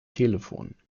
telefon